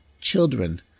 children